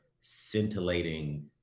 scintillating